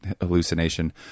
hallucination